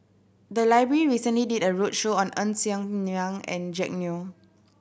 the library recently did a roadshow on Ng Ser Miang and Jack Neo